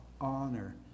honor